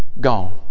gone